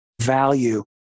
value